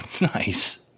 nice